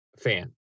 fan